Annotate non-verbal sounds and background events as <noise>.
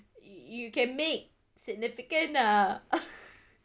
y~ you can make significant uh <laughs>